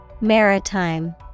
Maritime